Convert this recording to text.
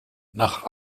nach